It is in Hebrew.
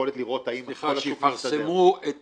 יכולת לראות האם --- שיפרסמו את